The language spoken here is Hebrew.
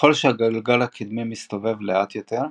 ככל שהגלגל הקדמי מסתובב לאט יותר,